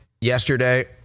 yesterday